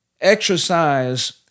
Exercise